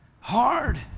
Hard